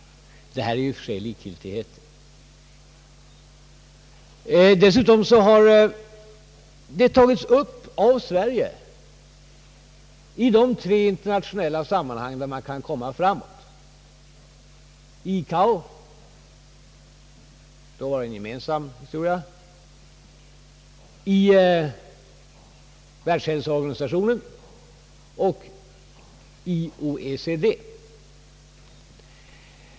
— Detta är i och för sig likgiltigheter. Dessutom har denna fråga av Sverige tagits upp i de tre internationella sammanhang där man kan komma fram på detta område — ICAO, där det var en gemensam överläggning, i Världshälsoorganisationen och i OECD.